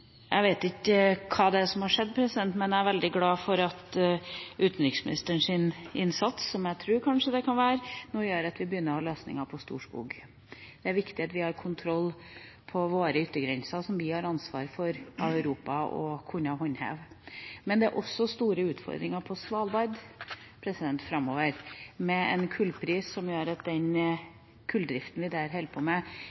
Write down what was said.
Jeg vet ikke hva som er skjedd, men jeg er veldig glad for at utenriksministerens innsats – som jeg tror kanskje det kan være – nå gjør at vi begynner å ha løsninger på Storskog. Det er viktig at vi har kontroll på våre yttergrenser som vi har ansvar for å håndheve overfor Europa. Men det er også store utfordringer på Svalbard framover, med en kullpris som gjør at den kulldriften vi der holder på med,